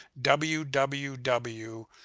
www